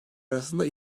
arasında